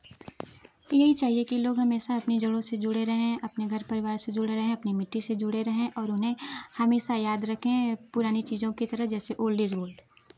यही चाहिए की लोग हमेशा अपनी जड़ों से जुड़े रहें अपने घर परिवार से जुड़े रहें अपनी मिट्टी से जुड़े रहें और उन्हें हमेशा याद रखे पुरानी चीज़ों की तरह जैसे ओल्ड इज गोल्ड